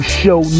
show